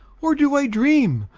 or do i dream?